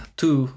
two